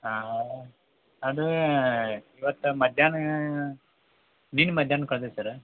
ಅದು ಇವತ್ತು ಮಧ್ಯಾಹ್ನ ನಿನ್ನೆ ಮಧ್ಯಾಹ್ನ ಕಳ್ದಿತ್ತು ಸರ್ರ